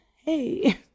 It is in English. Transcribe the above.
Hey